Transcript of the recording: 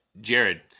Jared